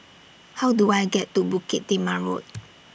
How Do I get to Bukit Timah Road